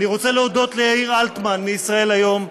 אני רוצה להודות ליאיר אלטמן מ"ישראל היום",